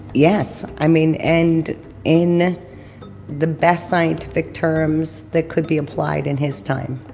yes! i mean, and in the best scientific terms that could be applied in his time.